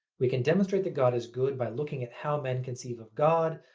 we can demonstrate that god is good by looking at how men conceive of god,